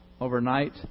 overnight